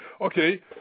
Okay